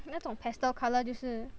那种 pastel colour 就是